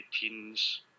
teens